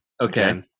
Okay